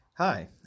Hi